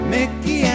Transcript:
Mickey